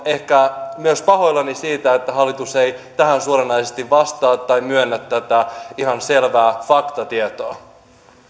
ehkä myös pahoillani siitä että hallitus ei tähän suoranaisesti vastaa tai myönnä tätä ihan selvää faktatietoa